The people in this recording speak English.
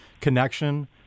connection